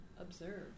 observe